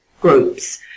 groups